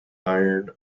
iron